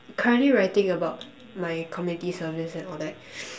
currently writing about my community service and all that